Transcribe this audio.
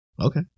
Okay